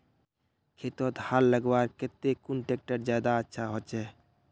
खेतोत हाल लगवार केते कुन ट्रैक्टर ज्यादा अच्छा होचए?